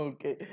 Okay